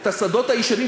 והשדות הישנים,